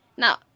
Now